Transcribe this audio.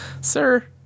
sir